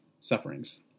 sufferings